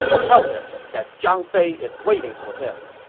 tell him that zhang fei is waiting for him!